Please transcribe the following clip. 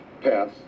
pass